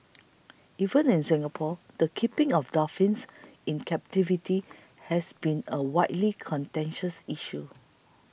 even in Singapore the keeping of dolphins in captivity has been a widely contentious issue